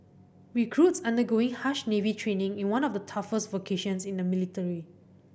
recruits undergoing harsh Navy training in one of the toughest vocations in the military